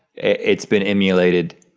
it's been emulated.